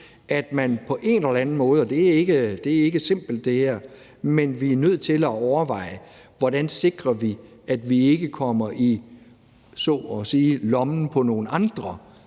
at man på en eller anden måde – og det er ikke simpelt – er nødt til at overveje, hvordan vi sikrer, at vi ikke kommer i lommen på nogle andre,